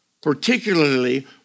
particularly